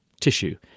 tissue